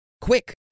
quick